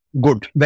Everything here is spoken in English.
good